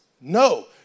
No